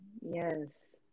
Yes